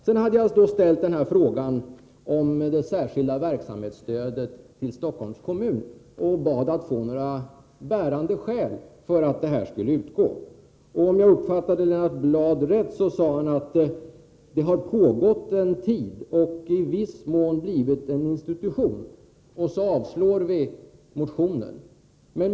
Jag ställde i mitt anförande frågan om det särskilda verksamhetsstödet till Stockholms kommun och bad att få några bärande skäl för att detta stöd skall utgå. Om jag uppfattade Lennart Bladh rätt sade han: Det har pågått en tid och i viss mån blivit en institution. Därför avstyrker vi motionen.